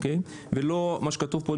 ולא מה שכתוב פה,